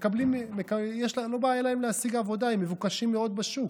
אין להם בעיה להשיג עבודה, הם מבוקשים מאוד בשוק.